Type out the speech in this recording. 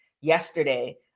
yesterday